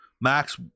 Max